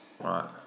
right